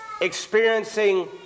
experiencing